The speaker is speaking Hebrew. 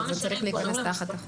זה לא משנה אם קוראים לזה משפחתון,